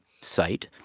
site